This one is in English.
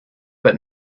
but